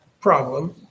problem